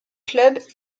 club